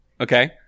Okay